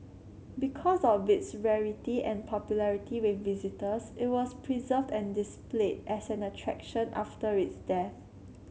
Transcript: because of its rarity and popularity with visitors it was preserved and displayed as an attraction after its death